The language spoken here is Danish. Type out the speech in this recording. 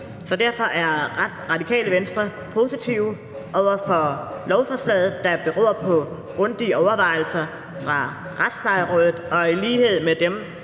Så derfor er Radikale Venstre positive over for lovforslaget, der beror på grundige overvejelser fra Retsplejerådet. I lighed med dem,